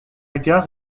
gare